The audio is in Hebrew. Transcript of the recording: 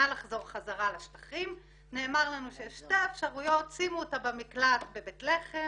לחזור חזרה לשטחים נאמר לנו שתי אפשרויות: שימו אותה במקלט בבית לחם